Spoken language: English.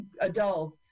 adult